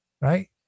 Right